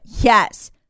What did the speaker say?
Yes